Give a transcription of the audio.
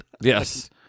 yes